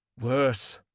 worse,